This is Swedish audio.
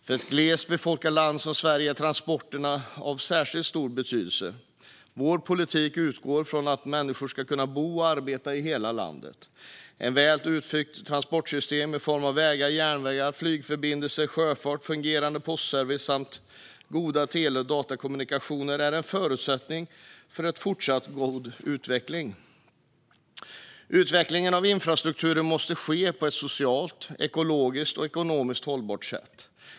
För ett glest befolkat land som Sverige är transporterna av särskilt stor betydelse. Vår politik utgår från att människor ska kunna bo och arbeta i hela landet. Ett väl utbyggt transportsystem i form av vägar, järnvägar, flygförbindelser, sjöfart, fungerande postservice samt goda tele och datakommunikationer är en förutsättning för en fortsatt god utveckling. Utvecklingen av infrastrukturen måste ske på ett socialt, ekologiskt och ekonomiskt hållbart sätt.